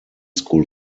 school